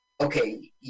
Okay